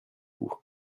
coup